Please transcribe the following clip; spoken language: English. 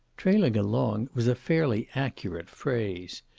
trailing along was a fairly accurate phrase.